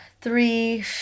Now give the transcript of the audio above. three